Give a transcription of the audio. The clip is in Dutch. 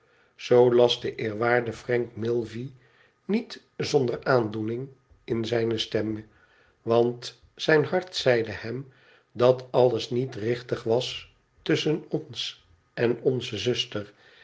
zoo las de eerwaarde frank milvey niet zonder aandoening in zijne stem want zijn hart zeide hem dat alles niet richtig was tusschen ons en onze zuster